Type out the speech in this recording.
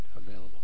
available